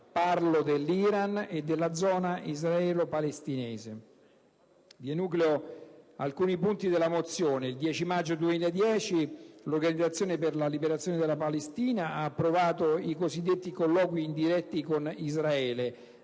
parlo dell'Iran e della zona israelo-palestinese. Vi enucleo alcuni punti della mozione. Il 10 maggio 2010 l'Organizzazione per la liberazione della Palestina ha approvato i cosiddetti colloqui indiretti con Israele,